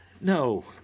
No